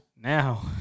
Now